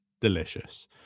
delicious